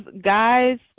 guys